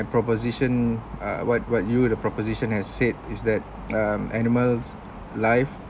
proposition uh what what you the proposition has said is that um animals live